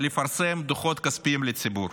לפרסם דוחות כספיים לציבור.